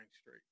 straight